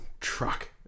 truck